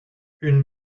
une